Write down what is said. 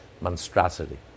monstrosity